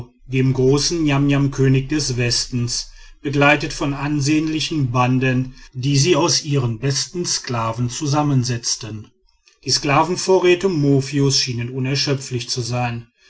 dem großen niamniamkönig des westens begleitet von ansehnlichen banden die sie aus ihren besten sklaven zusammensetzten die sklavenvorräte mofios schienen unerschöpflich zu sein